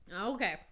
Okay